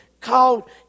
called